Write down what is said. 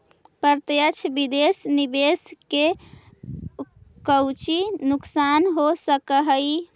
प्रत्यक्ष विदेश निवेश के कउची नुकसान हो सकऽ हई